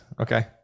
Okay